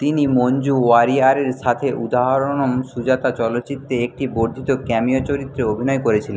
তিনি মঞ্জু ওয়ারিয়ারের সাথে উদাহরণম সুজাতা চলচ্চিত্রে একটি বর্ধিত ক্যামিও চরিত্রে অভিনয় করেছিলো